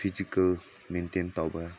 physical maintain ꯇꯧꯕ